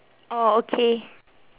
orh okay